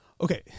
Okay